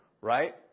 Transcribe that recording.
right